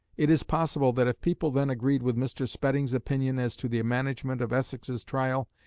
it is possible that if people then agreed with mr. spedding's opinion as to the management of essex's trial,